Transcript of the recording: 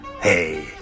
Hey